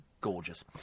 gorgeous